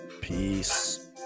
Peace